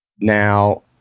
Now